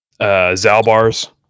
Zalbar's